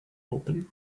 open